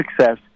success